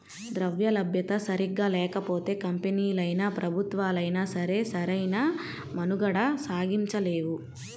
ద్రవ్యలభ్యత సరిగ్గా లేకపోతే కంపెనీలైనా, ప్రభుత్వాలైనా సరే సరైన మనుగడ సాగించలేవు